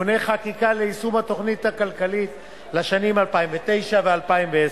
(תיקוני חקיקה ליישום התוכנית הכלכלית לשנים 2009 ו-2010)